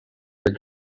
where